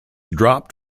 dropped